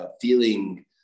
feeling